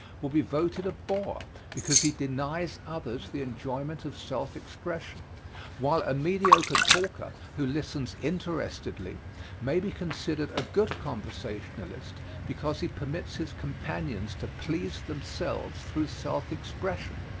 will be voted a bore because he denies others the enjoyment of self-expression, while a mediocre talker who listens interestedly may be considered a good conversationalist because he permits his companions to please themselves through self-expression.